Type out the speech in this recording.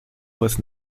was